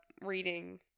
reading